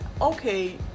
Okay